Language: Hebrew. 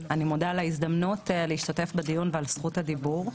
אני מודה על ההזדמנות להשתתף בדיון ועל זכות הדיבור.